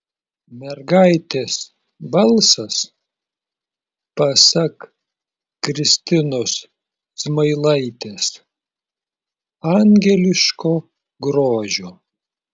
mergaitės balsas pasak kristinos zmailaitės angeliško grožio